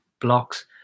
blocks